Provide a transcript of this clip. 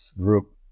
group